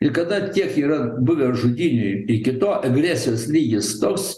ir kada tiek yra buvę žudynių ir iki to agresijos lygis toks